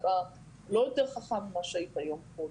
אתה לא יותר חכם ממה שהיית יום קודם.